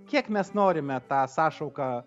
kiek mes norime tą sąšauką